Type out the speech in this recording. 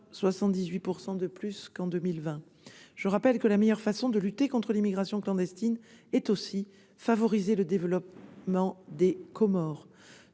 78 % de plus qu'en 2020. Je rappelle que la meilleure façon de lutter contre l'immigration clandestine, c'est aussi de favoriser le développement des Comores.